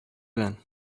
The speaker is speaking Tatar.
белән